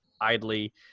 idly